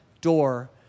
door